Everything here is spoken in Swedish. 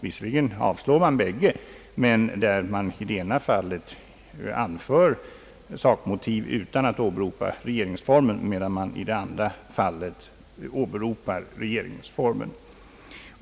Visserligen avslår man bägge, men i det ena fallet anför man sakmotiv utan att åberopa regeringsformen, medan man i det andra fallet åberopar regeringsformen.